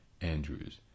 Andrew's